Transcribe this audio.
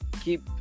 keep